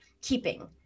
keeping